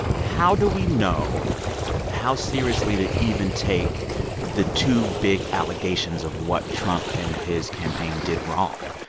how do we know how seriously to even take the two big allegations of what trump and his campaign did wrong?